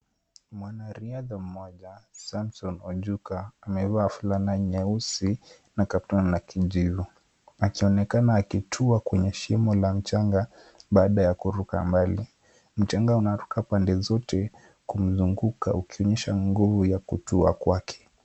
Mwanariadha mmoja, Samson Onjuka amevaa fulana nyeusi na kaptura la kijivu, akionekana akitua kwenye shimo la mchanga, baada ya kuruka mbali. Mchanga unaruka pande zote kumzunguka ukionyesha nguvu ya kutua kwake.